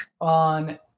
on